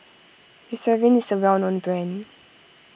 Eucerin is a well known brand